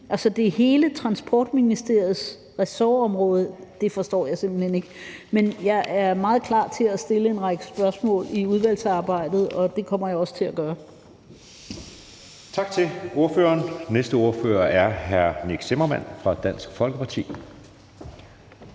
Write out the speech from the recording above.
Altså, det er hele Transportministeriets ressortområde. Det forstår jeg simpelt hen ikke. Men jeg er meget klar til at stille en række spørgsmål i udvalgsarbejdet, og det kommer jeg også til at gøre. Kl. 13:52 Anden næstformand (Jeppe Søe): Tak til ordføreren. Den næste ordfører er hr. Nick Zimmermann fra Dansk Folkeparti.